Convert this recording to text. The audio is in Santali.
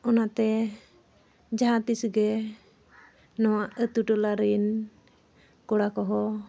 ᱚᱱᱟᱛᱮ ᱡᱟᱦᱟᱸ ᱛᱤᱥ ᱜᱮ ᱱᱚᱣᱟ ᱟᱛᱳᱼᱴᱚᱞᱟ ᱨᱮᱱ ᱠᱚᱲᱟ ᱠᱚᱦᱚᱸ